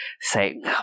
say